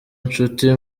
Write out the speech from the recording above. nshuti